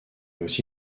aussi